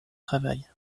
travail